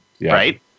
Right